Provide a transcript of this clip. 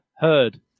Heard